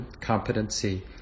competency